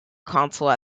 console